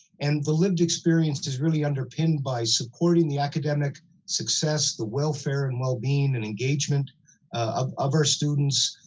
and the lived experience is really underpinned by supporting the academic success, the welfare and well-being and engagement of of our students,